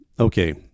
Okay